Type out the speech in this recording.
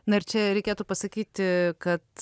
na čia reikėtų pasakyti kad